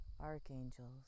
archangels